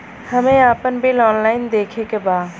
हमे आपन bill online देखे के बा?